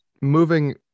moving